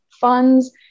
funds